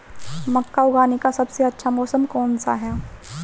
मक्का उगाने का सबसे अच्छा मौसम कौनसा है?